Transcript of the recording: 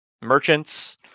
merchants